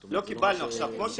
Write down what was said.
קיבלנו.